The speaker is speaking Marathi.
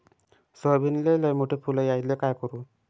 सोयाबीनले लयमोठे फुल यायले काय करू?